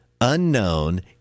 unknown